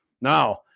Now